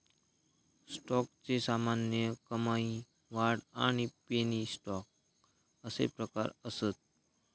स्टॉकचे सामान्य, कमाई, वाढ आणि पेनी स्टॉक अशे प्रकार असत